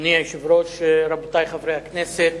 אדוני היושב-ראש, רבותי חברי הכנסת,